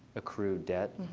accrue debt.